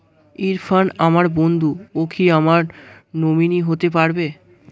ইরফান আমার বন্ধু ও কি আমার নমিনি হতে পারবে?